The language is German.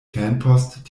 fanpost